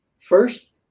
first